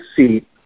seat